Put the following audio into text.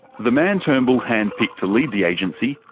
the man turnbull handpicked to lead the agency,